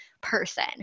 Person